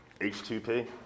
h2p